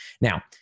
Now